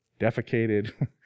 defecated